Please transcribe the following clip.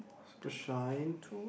super shine